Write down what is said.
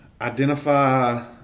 identify